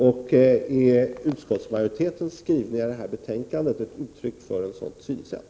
Och är utskottsmajoritetens skrivningar i detta betänkande uttryck för ett sådant synsätt?